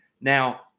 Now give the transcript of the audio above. Now